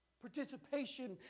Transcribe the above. Participation